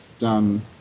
done